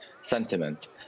sentiment